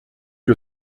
que